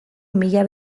mila